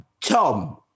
Tom